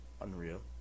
unreal